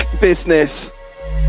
business